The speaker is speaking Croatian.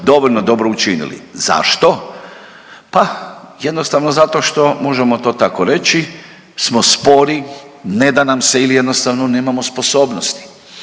dobro učinili. Zašto? Pa jednostavno zato što, možemo to tako reći, smo spori, ne da nam se ili jednostavno nemamo sposobnosti.